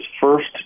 first